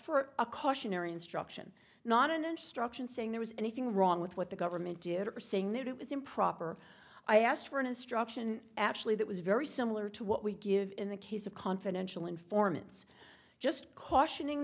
for a cautionary instruction not an instruction saying there was anything wrong with what the government did or saying that it was improper i asked for an instruction actually that was very similar to what we give in the case of confidential informants just cautioning